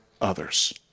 others